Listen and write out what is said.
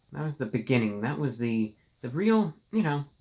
that was the beginning. that was the the real you know,